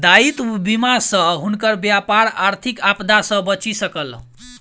दायित्व बीमा सॅ हुनकर व्यापार आर्थिक आपदा सॅ बचि सकल